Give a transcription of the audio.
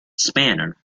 spanner